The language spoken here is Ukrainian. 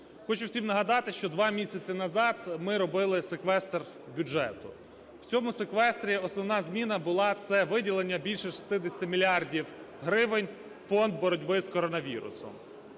Хочу всім нагадати, що два місяці назад ми робили секвестр бюджету. В цьому секвестрі основна зміна була – це виділення більше 60 мільярдів гривень в фонд боротьби з коронавірусом.